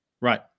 Right